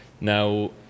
Now